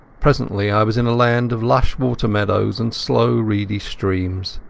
presently i was in a land of lush water-meadows and slow reedy streams.